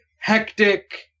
Hectic